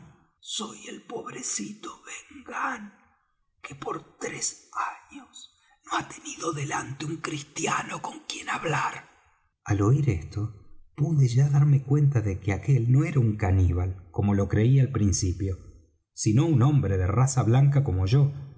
soy el pobrecito ben gunn que por tres años no ha tenido delante un cristiano con quien hablar al oir esto pude ya darme cuenta de que aquel no era un caníbal como lo creí al principio sino un hombre de raza blanca como yo